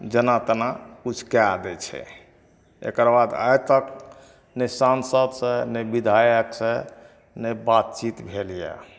जेना तेना किछुके दै छै एकरबाद आइ तक नहि सांसद सऽ नहि बिधायक सऽ नहि बातचीत भेलयए